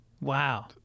wow